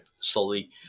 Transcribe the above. slowly